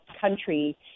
country